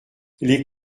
les